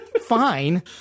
fine